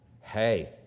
hey